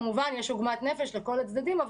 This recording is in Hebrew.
כמובן שזה יוצר עוגמת נפש לכל הצדדים,